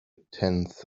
tenth